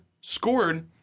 scored